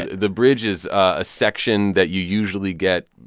the bridge is a section that you usually get,